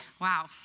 Wow